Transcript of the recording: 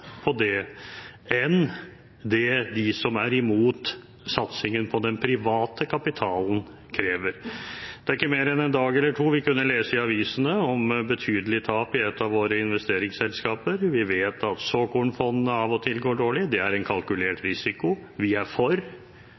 det gjelder dette enn det de som er imot satsingen på den private kapitalen, krever. Det er ikke mer enn en dag eller to siden vi kunne lese i avisene om betydelige tap i et av våre investeringsselskaper. Vi vet at såkornfondene av og til går dårlig. Det er en kalkulert risiko. Vi er for